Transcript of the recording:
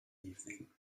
evening